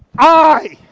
i